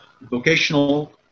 vocational